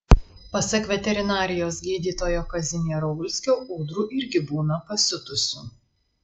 pasak veterinarijos gydytojo kazimiero ulskio ūdrų irgi būna pasiutusių